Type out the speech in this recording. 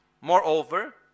Moreover